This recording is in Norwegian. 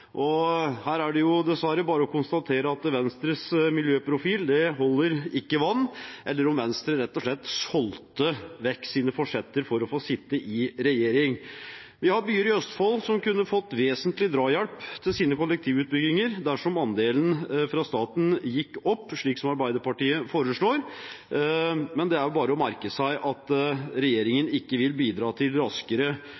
byene. Her er det dessverre bare å konstatere at Venstres miljøprofil ikke holder vann – eller at Venstre rett og slett solgte vekk sine forsetter for å få sitte i regjering. Vi har byer i Østfold som kunne fått vesentlig drahjelp til sine kollektivutbygginger dersom andelen fra staten gikk opp, slik som Arbeiderpartiet foreslår, men det er bare å merke seg at